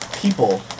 people